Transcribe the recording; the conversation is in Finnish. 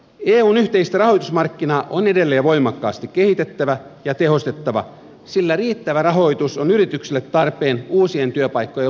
eun yhteistä rahoitusmarkkinaa on edelleen voimakkaasti kehitettävä ja tehostettava sillä riittävä rahoitus on yrityksille tarpeen uusien työpaikkojen luomiseksi